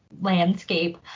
landscape